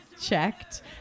checked